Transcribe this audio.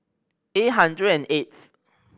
eight hundred and eighth